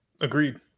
Agreed